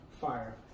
fire